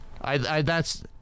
I—that's